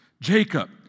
Jacob